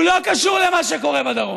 הוא לא קשור למה שקורה בדרום.